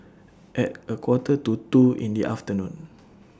At A Quarter to two in The afternoon